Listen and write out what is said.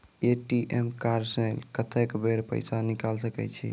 ATM card से कत्तेक बेर पैसा निकाल सके छी?